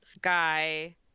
guy